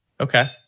Okay